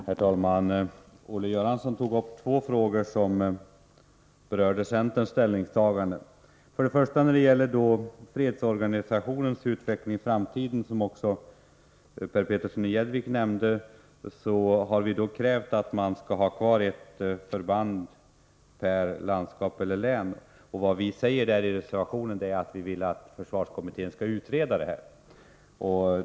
Herr talman! Olle Göransson tog upp två frågor som berörde centerns ställningstaganden. Den första gällde fredsorganisationens utveckling i framtiden, som också Per Petersson nämnde. Vi har krävt att det skall finnas ett förband per landskap eller län. Vi säger i reservationen att vi vill att försvarskommittén skall utreda denna fråga.